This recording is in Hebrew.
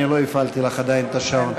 אני לא הפעלתי עדיין את השעון.